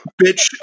bitch